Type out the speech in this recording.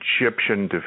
Egyptian